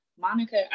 Monica